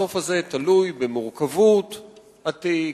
הסוף הזה תלוי במורכבות התיק,